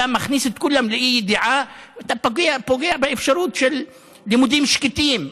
אתה מכניס את כולם לאי-ידיעה ואתה פוגע באפשרות של לימודים שקטים.